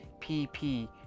PP